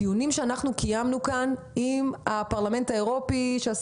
בדיונים שאנחנו קיימנו כאן עם הפרלמנט האירופי בנושא